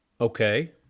okay